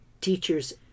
teacher's